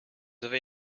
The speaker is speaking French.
avez